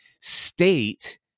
state